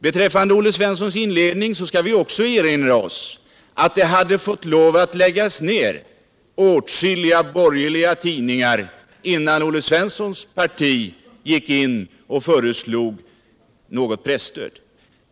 Beträffande Olle Svenssons inledning skall vi erinra oss att det hade fått lov att läggas ned åtskilliga borgerliga tidningar innan Olle Svenssons parti gick in och föreslog något stöd.